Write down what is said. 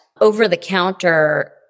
over-the-counter